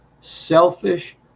selfish